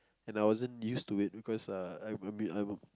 and I wasn't used to it because uh I'm I mean I'm a